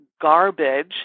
garbage